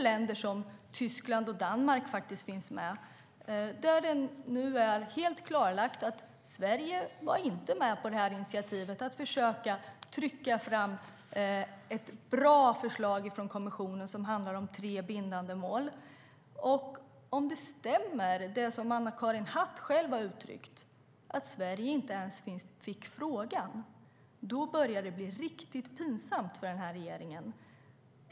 Länder som Tyskland och Danmark finns med bland de länderna, men det är nu helt klarlagt att Sverige inte var med på initiativet att försöka pressa fram ett bra förslag om tre bindande mål från kommissionen. Om det som Anna-Karin Hatt själv har uttryckt stämmer, att Sverige inte ens fick frågan, börjar det bli riktigt pinsamt för den här regeringen.